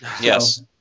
Yes